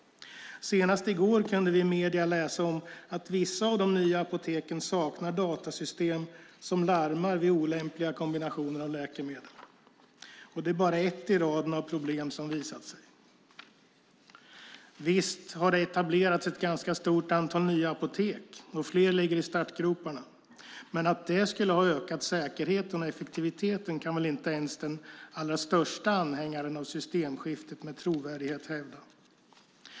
Senast i går kunde vi i medierna läsa om att vissa av de nya apoteken saknar datasystem som larmar vid olämpliga kombinationer av läkemedel. Det är bara ett i raden av problem som har visat sig. Visst har det etablerats ett ganska stort antal nya apotek, och fler ligger i startgroparna. Men att det skulle ha ökat säkerheten och effektiviteten kan väl inte ens den allra största anhängaren av systemskiftet hävda med trovärdighet.